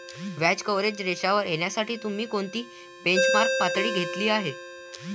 व्याज कव्हरेज रेशोवर येण्यासाठी तुम्ही कोणती बेंचमार्क पातळी घेतली आहे?